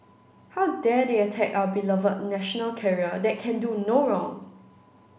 how dare they attack our beloved national carrier that can do no wrong